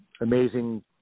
amazing